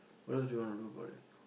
what else do you wanna do about it